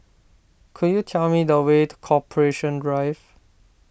could you tell me the way to Corporation Drive